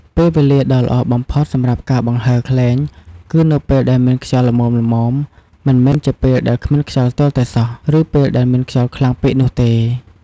ពេលវេលាដ៏ល្អបំផុតសម្រាប់ការបង្ហើរខ្លែង គឺនៅពេលដែលមានខ្យល់ល្មមៗ មិនមែនជាពេលដែលគ្មានខ្យល់ទាល់តែសោះ ឬពេលដែលមានខ្យល់ខ្លាំងពេកនោះទេ។